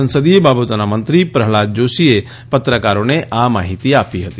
સંસદીય બાબતોના મંત્રી પ્રહલાદ જોશીએ પત્રકારોને આ માહીતી આપી હતી